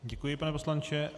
Děkuji, pane poslanče.